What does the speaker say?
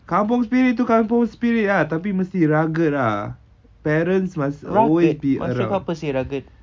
kampung spirit tu kampung spirit ah tapi mesti rugged ah parents must always be around